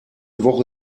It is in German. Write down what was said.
woche